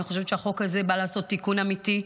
אני חושבת שהחוק הזה בא לעשות תיקון אמיתי,